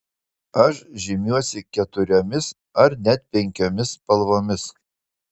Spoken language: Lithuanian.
aš žymiuosi keturiomis ar net penkiomis spalvomis